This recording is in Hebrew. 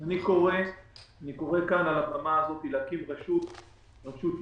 אני קורא מהבמה הזאת להקים רשות ים,